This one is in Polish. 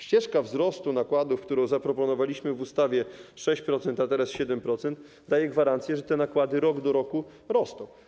Ścieżka wzrostu nakładów, którą zaproponowaliśmy w ustawie 6% - teraz 7% - daje gwarancję, że te nakłady rok do roku będą rosnąć.